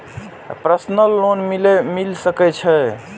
Personal loan मिल सके छे?